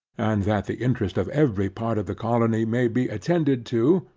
and that the interest of every part of the colony may be attended to,